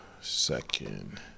second